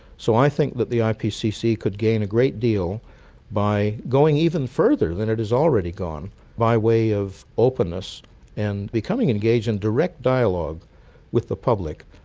so i think the ah ipcc could gain a great deal by going even further than it has already gone by way of openness and becoming engaged in direct dialogue with the public.